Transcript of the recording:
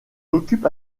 occupe